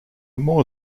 more